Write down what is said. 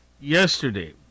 Yesterday